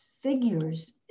figures